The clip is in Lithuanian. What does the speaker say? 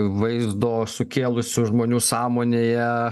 vaizdo sukėlusių žmonių sąmonėje